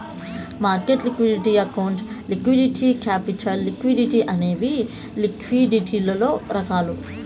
market liquidity account liquidity capital liquidity అనేవి లిక్విడిటీలలో రకాలు